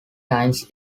times